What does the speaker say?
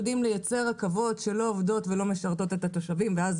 יודעים לייצר רכבות שלא עובדות ולא משרתות את התושבים ואז